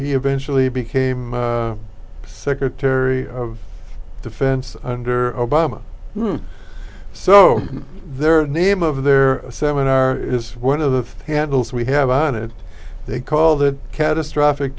he eventually became secretary of defense under obama so their name of their seminar is one of the handles we have on it they call the catastrophic